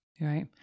Right